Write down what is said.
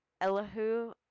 Elihu